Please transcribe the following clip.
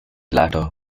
latter